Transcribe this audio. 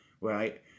right